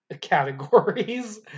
categories